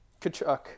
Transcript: Kachuk